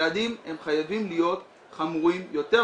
הצעדים חייבים להיות חמורים יותר.